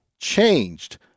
changed